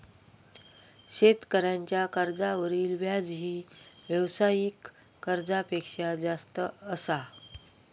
शेतकऱ्यांच्या कर्जावरील व्याजही व्यावसायिक कर्जापेक्षा जास्त असा